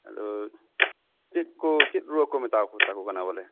ᱟᱫᱚ ᱪᱮᱫ ᱠᱚ ᱪᱮᱫ ᱨᱩᱣᱟᱹ ᱠᱚ ᱢᱮᱛᱟᱣ ᱠᱚ ᱛᱟᱠᱚ ᱠᱟᱱᱟ ᱵᱚᱞᱮ